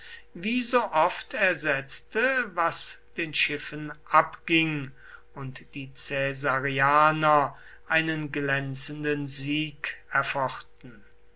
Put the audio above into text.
wie so oft ersetzte was den schiffen abging und die caesarianer einen glänzenden sieg